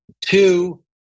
Two